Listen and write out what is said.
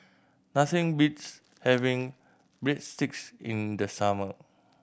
nothing beats having Breadsticks in the summer